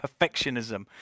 perfectionism